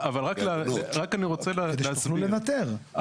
כדי שתוכלו לנטר.